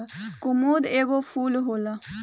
कुमुद एगो फूल होला